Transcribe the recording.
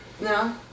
No